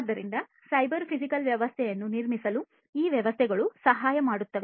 ಆದ್ದರಿಂದ cyber physical ವ್ಯವಸ್ಥೆಯನ್ನು ನಿರ್ಮಿಸಲು ಈ ವ್ಯವಸ್ಥೆಗಳು ಸಹಾಯ ಮಾಡುತ್ತವೆ